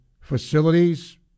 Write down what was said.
facilities